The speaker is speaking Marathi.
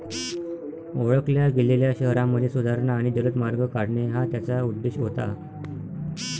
ओळखल्या गेलेल्या शहरांमध्ये सुधारणा आणि जलद मार्ग काढणे हा त्याचा उद्देश होता